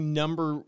number